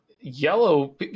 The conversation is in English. yellow